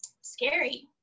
scary